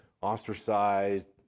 ostracized